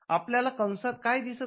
आपल्याला कंसात काय दिसत आहे